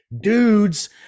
dudes